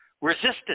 resistance